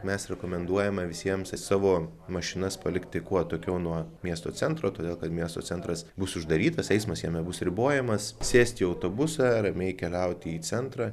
mes rekomenduojame visiems savo mašinas palikti kuo atokiau nuo miesto centro todėl kad miesto centras bus uždarytas eismas jame bus ribojamas sėsti į autobusą ramiai keliauti į centrą